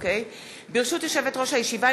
ברשות יושבת-ראש הישיבה,